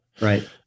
Right